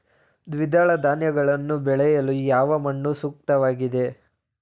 ದ್ವಿದಳ ಧಾನ್ಯಗಳನ್ನು ಬೆಳೆಯಲು ಯಾವ ಮಣ್ಣು ಸೂಕ್ತವಾಗಿದೆ?